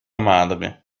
madre